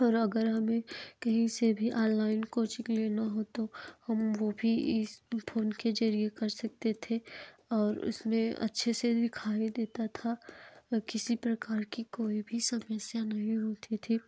और अगर हमें कहीं से भी ऑनलाइन कोचिंग लेना हो तो हम वो भी इस फोन के जरिए कर सकते थे और उसमें अच्छे से दिखाई देता था और किसी प्रकार की कोई भी समस्या नहीं होती थी